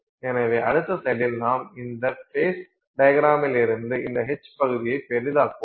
எனவே அடுத்த ஸ்லைடில் நாம் இந்த ஃபேஸ் டையக்ரமிலிருந்து இந்த H பகுதியை பெரிதாக்குவோம்